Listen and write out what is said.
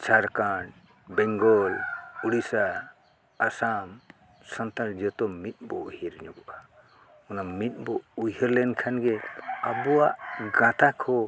ᱡᱷᱟᱲᱠᱷᱚᱸᱰ ᱵᱮᱝᱜᱚᱞ ᱳᱰᱤᱥᱟ ᱟᱥᱟᱢ ᱥᱟᱱᱛᱟᱲ ᱡᱚᱛᱚ ᱢᱤᱫ ᱵᱚ ᱩᱭᱦᱟᱹᱨ ᱧᱚᱜᱚᱜᱼᱟ ᱚᱱᱟ ᱢᱤᱫ ᱵᱚ ᱩᱭᱦᱟᱹᱨ ᱞᱮᱱ ᱠᱷᱟᱱ ᱜᱮ ᱟᱵᱚᱣᱟᱜ ᱜᱟᱛᱟᱠ ᱦᱚᱸ